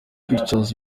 pictures